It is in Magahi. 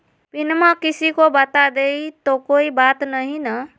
पिनमा किसी को बता देई तो कोइ बात नहि ना?